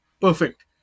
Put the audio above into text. perfect